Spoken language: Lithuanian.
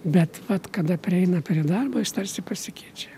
bet vat kada prieina prie darbo jis tarsi pasikeičia